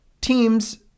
teams